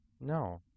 No